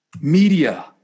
media